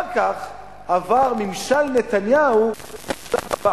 אחר כך עבר ממשל נתניהו לשלב הבא,